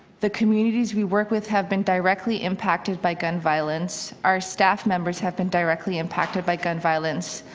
the community we work with have been directly impacted by gun violence. our staff members have been directly impacted by gun violence.